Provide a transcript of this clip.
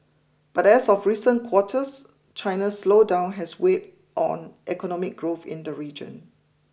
but as of recent quarters China's slowdown has weighed on economic growth in the region